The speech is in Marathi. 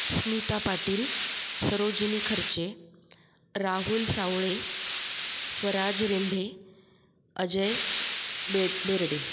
स्मिता पाटील सरोजिनी खर्चे राहुल सावळे स्वराज रेंढे अजय बेड बेर्डे